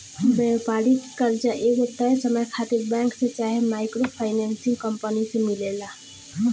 व्यापारिक कर्जा एगो तय समय खातिर बैंक से चाहे माइक्रो फाइनेंसिंग कंपनी से मिलेला